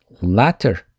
latter